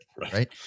right